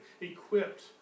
equipped